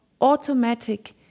automatic